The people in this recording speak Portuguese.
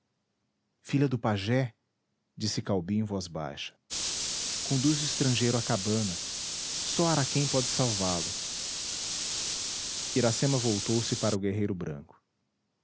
filha do pajé disse caubi em voz baixa conduz o estrangeiro à cabana só araquém pode salvá-lo iracema voltou-se para o guerreiro branco